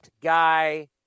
guy